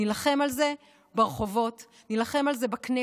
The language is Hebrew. נילחם על זה ברחובות, נילחם על זה בכנסת,